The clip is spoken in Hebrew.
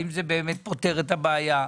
האם זה באמת פותר את הבעיה,